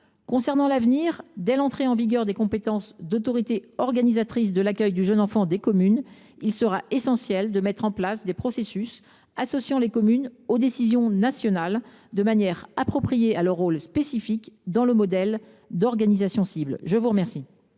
Concernant l’avenir, dès l’entrée en vigueur des compétences d’autorité organisatrices de l’accueil du jeune enfant des communes, il sera essentiel de mettre en place des processus associant les communes aux décisions nationales, de manière adaptée à leur rôle spécifique dans le modèle d’organisation cible. La parole